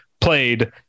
played